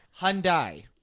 Hyundai